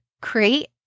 create